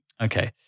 Okay